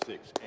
Six